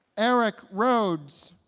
eric rhodes